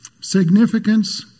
Significance